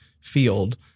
field